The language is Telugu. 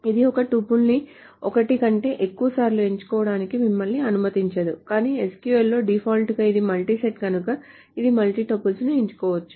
ఇది ఒక టపుల్ని ఒకటి కంటే ఎక్కువసార్లు ఎంచుకోవడానికి మిమ్మల్ని అనుమతించదు కానీ SQL లో డిఫాల్ట్గా ఇది మల్టీ సెట్ కనుక ఇది మల్టీ టపుల్స్ని ఎంచుకోవచ్చు